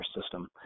system